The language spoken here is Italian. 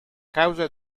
causa